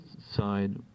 side